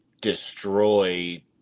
destroy